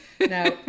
now